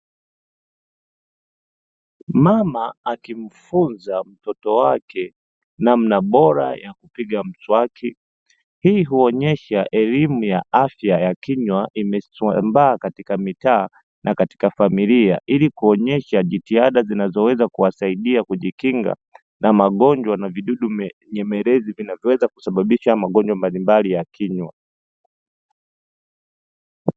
Mama akimfunza mtoto wake namna bora ya kupiga mswaki hii huonyesha elimu ya afya ya kinywa imesambaa katika mitaa na katika familia ili kuonyesha jitihada zinazoweza kuwasaidia kujikinga na magonjwa na vidudu nyemelezi vinavyoweza kusababisha magonjwa mbalimbali ya kinywa.